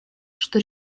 что